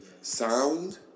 sound